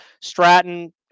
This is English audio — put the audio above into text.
Stratton